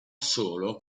solo